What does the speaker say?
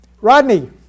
Rodney